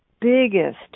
biggest